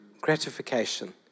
gratification